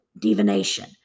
divination